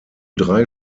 drei